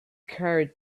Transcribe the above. carried